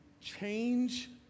change